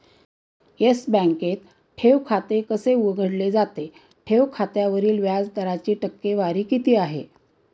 Yes बँकेत ठेव खाते कसे उघडले जाते? ठेव खात्यावरील व्याज दराची टक्केवारी किती आहे?